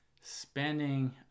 spending